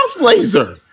laser